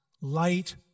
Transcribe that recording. light